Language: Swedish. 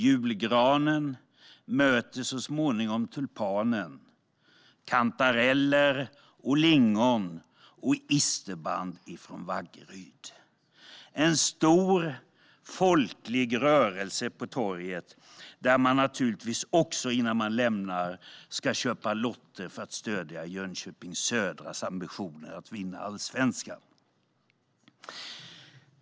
Julgranen möter så småningom tulpanen, kantareller, lingon och isterband från Vaggeryd. Det är en stor folklig rörelse på torget. Innan man lämnar torget ska man naturligtvis också köpa lotter för att stödja Jönköpings Södras ambitioner att vinna Allsvenskan.